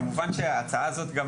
כמובן שההצעה הזאת היא